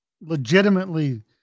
legitimately